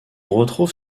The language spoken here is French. retrouve